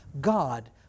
God